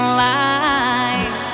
life